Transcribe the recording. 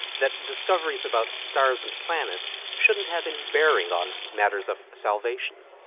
that discoveries about stars and planets shouldn't have any bearing on matters of salvation.